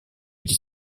dix